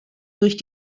durch